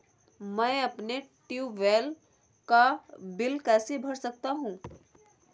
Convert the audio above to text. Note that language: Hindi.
मैं अपने ट्यूबवेल का बिल कैसे भर सकता हूँ?